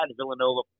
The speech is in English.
Villanova